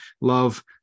love